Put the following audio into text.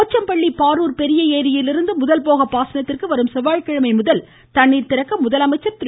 போச்சம்பள்ளி பாரூர் பெரிய ஏரியிலிருந்து முதல்போக பாசனத்திற்கு வரும் செவ்வாய்கிழமை முதல் தண்ணீர் திறக்க முதலமைச்சர் திரு